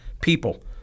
people